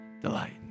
delight